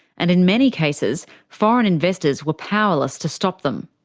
and in many cases, foreign investors were powerless to stop them.